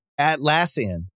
Atlassian